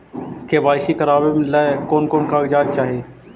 KYC करावे ले कोन कोन कागजात चाही?